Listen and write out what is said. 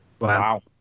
Wow